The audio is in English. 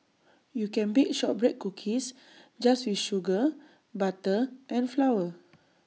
you can bake Shortbread Cookies just with sugar butter and flour